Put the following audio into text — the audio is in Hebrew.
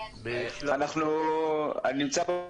אני נמצא פה.